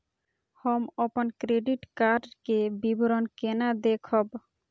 हम अपन credit card के विवरण केना देखब?